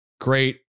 great